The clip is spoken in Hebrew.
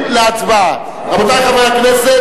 רבותי חברי הכנסת,